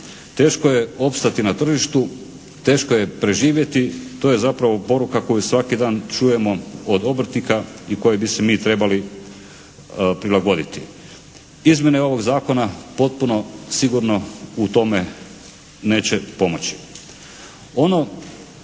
Teško je opstati na tržištu, teško je preživjeti. To je zapravo poruka koju svaki dan čujemo od obrtnika i kojoj bi se mi trebali prilagoditi. Izmjene ovog Zakona potpuno sigurno u tome neće pomoći.